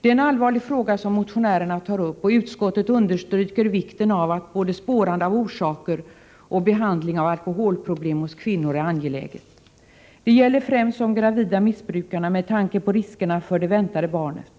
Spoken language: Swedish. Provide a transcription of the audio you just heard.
Det är en allvarlig fråga som motionärerna tar upp, och utskottet understryker det angelägna både i att orsakerna till alkoholproblem hos kvinnor spåras och i att sådana problem behandlas. Det gäller främst de gravida missbrukarna, med tanke på riskerna för det väntade barnet.